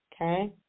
Okay